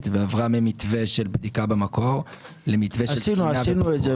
ועברה ממתווה של בדיקה במקור- -- עשינו את זה,